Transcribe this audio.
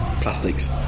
plastics